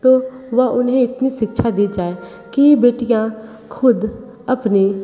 तो वह उन्हें इतनी शिक्षा दी जाए कि बेटियाँ ख़ुद अपने